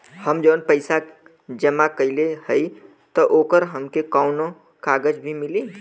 हम जवन पैसा जमा कइले हई त ओकर हमके कौनो कागज भी मिली?